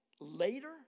later